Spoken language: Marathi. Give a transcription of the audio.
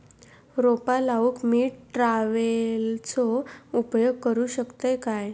रोपा लाऊक मी ट्रावेलचो उपयोग करू शकतय काय?